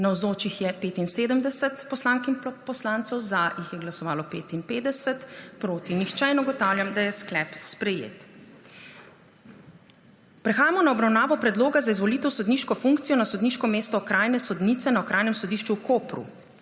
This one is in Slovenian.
za jih je glasovalo 55, proti nihče. (Za je glasovalo 55.) (Proti nihče.) Ugotavljam, da je sklep sprejet. Prehajamo na obravnavo Predloga za izvolitev v sodniško funkcijo na sodniško mesto okrajne sodnice na Okrajnem sodišču v Kopru.